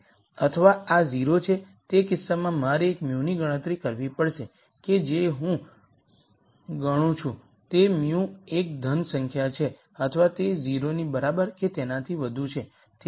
અથવા આ 0 છે તે કિસ્સામાં મારે એક μ ની ગણતરી કરવી પડશે કે જે હું ગણું છું તે μ એક ધન સંખ્યા છે અથવા તે 0 ની બરાબર કે તેનાથી વધુ છે